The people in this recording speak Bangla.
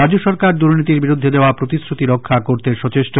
রাজ্য সরকার দুর্নীতির বিরুদ্ধে দেওয়া প্রতিশ্রুতি রক্ষা করতে সচেষ্ট